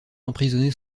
emprisonner